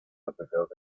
apreciados